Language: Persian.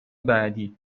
بعدی